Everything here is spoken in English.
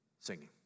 Singing